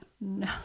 No